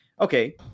okay